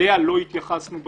אליה לא התייחסנו בביקורת,